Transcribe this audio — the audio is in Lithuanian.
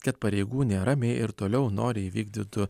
kad pareigūnė ramiai ir toliau noriai įvykdytų